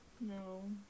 No